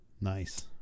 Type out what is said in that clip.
Nice